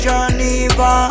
Geneva